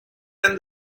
and